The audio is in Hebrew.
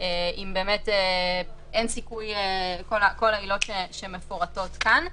אם באמת אין סיכוי, בשל כל העילות שמפורטות כאן.